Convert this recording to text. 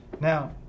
Now